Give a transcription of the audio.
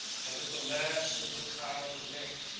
and that the mass of the cows neck,